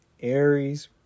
Aries